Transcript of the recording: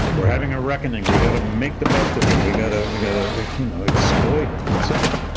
we're having a reckoning. we've got to make the best of it. we got ah we got to you know exploit it, and so on.